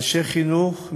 אנשי חינוך,